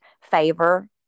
favor